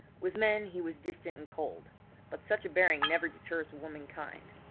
with men he was distant and cold but such a bearing never deters womankind.